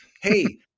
Hey